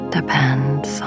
depends